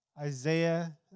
Isaiah